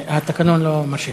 התקנון לא מרשה.